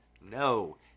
no